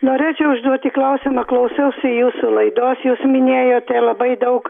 norėčiau užduoti klausimą klausiausi jūsų laidos jūs minėjote labai daug